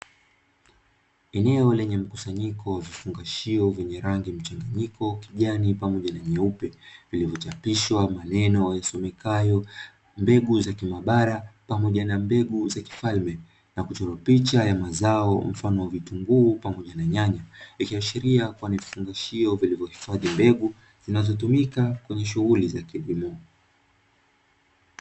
Eneo lenye mkusanyiko wa vifungashio vyenye rangi mchanganyiko kijani pamoja na nyeupe, vilivyochapishwa maneno yasomekayo "mbegu za kimabara" pamoja na "mbegu za kifalme" ,na kuchorwa picha ya mazao mfano wa vitunguu, pamoja na nyanya, ikiashiria kuwa ni vifungashio vilivyohifadhi mbegu zinazotumika kwenye shughuli za kilimo.